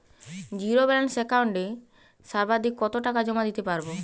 Zero balance একাউন্টে সর্বাধিক কত টাকা জমা দিতে পারব?